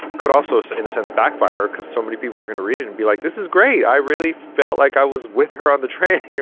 could also say, in a sense, backfire because so many people are going to read it and be like, this is great. i really felt like i was with her on the train.